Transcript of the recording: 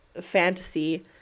fantasy